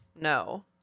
No